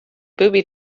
booby